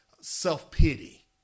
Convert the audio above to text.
self-pity